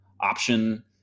option